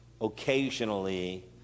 occasionally